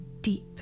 deep